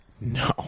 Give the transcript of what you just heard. No